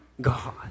God